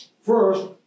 First